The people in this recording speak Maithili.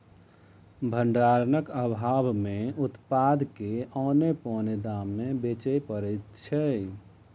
भंडारणक आभाव मे उत्पाद के औने पौने दाम मे बेचय पड़ैत छै